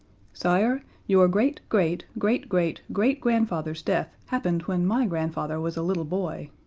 sire, your great-great-great-great-great-grandfather's death happened when my grandfather was a little boy,